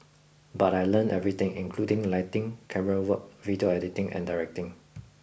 but I learnt everything including lighting camerawork video editing and directing